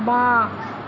বাঁ